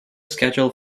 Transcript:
schedule